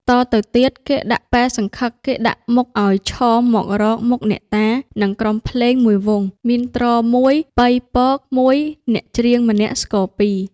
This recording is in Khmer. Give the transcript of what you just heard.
តទៅទៀត គេដាក់ពែសង្ឃឹក គេដាក់មុខឲ្យឈមមករកមុខអ្នកតា និងក្រុមភ្លេង ១វង់ មានទ្រ ១ ប៉ី ពក ១ អ្នកច្រៀងម្នាក់ ស្គរ ២ ។